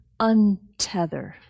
untether